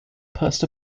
post